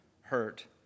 hurt